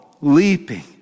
leaping